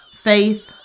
faith